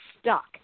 stuck